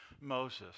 Moses